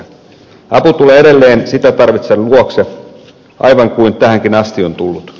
apu tulee edelleen sitä tarvitsevan luokse aivan kuin tähänkin asti on tullut